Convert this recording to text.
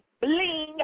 Bling